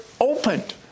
opened